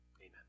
amen